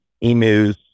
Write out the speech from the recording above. emus